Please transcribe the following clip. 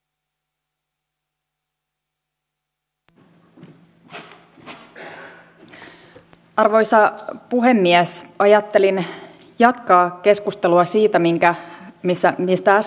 tämän vuoksi onkin huolestuttavaa että hallitus on päättänyt selvittää sosiaaliturvan alentamista entisestään tietyiltä ihmisryhmiltä